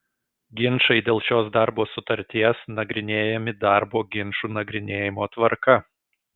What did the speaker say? ginčai dėl šios darbo sutarties nagrinėjami darbo ginčų nagrinėjimo tvarka